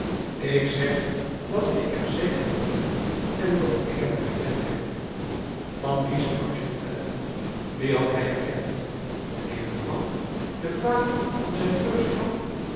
ik zeg dat ik er zeker van ben en dat ik hem herkend heb van wien sprak jondrette wien had hij herkend mijnheer leblanc den vader van zijn ursula